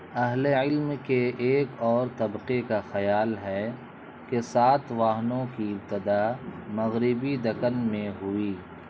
اہل علم کے ایک اور طبقے کا خیال ہے کہ سات واہنوں کی ابتدا مغربی دکن میں ہوئی